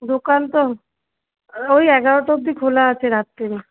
দোকান তো ওই এগারোটা অবধি খোলা আছে রাত্তিরে